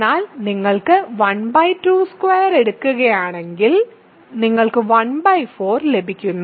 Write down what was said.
എന്നാൽ നിങ്ങൾ ½2 എടുക്കുകയാണെങ്കിൽ നിങ്ങൾക്ക് ¼ ലഭിക്കുന്നു